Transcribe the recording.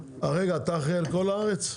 רגע, אתה אחראי על כל הארץ?